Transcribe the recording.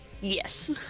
Yes